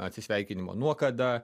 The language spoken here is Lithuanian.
atsisveikinimo nuo kada